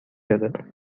other